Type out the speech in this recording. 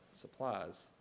supplies